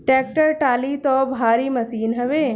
tractor trolley तअ भारी machine हवे